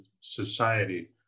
society